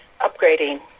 upgrading